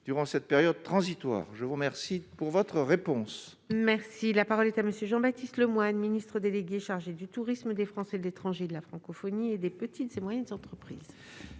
durant cette période transitoire, je vous remercie pour votre réponse. Merci, la parole est à monsieur Jean-Baptiste Lemoyne, ministre délégué chargé du tourisme, des Français de l'étranger de la francophonie et des petites et moyennes entreprises.